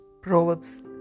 Proverbs